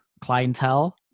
clientele